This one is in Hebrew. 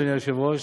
אדוני היושב-ראש,